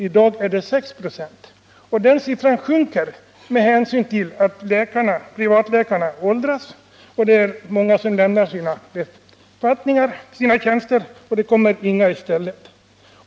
I dag är det 6 96. Den siffran sjunker med hänsyn till att privatläkarna åldras. Många lämnar sina tjänster utan att det komrner någon i stället.